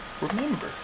remember